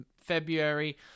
february